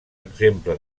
exemple